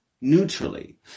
neutrally